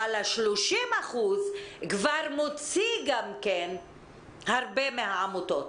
אבל ה-30% מוציא הרבה מהעמותות.